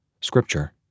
Scripture